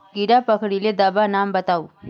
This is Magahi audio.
कीड़ा पकरिले दाबा नाम बाताउ?